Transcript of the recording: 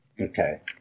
Okay